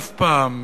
אף פעם,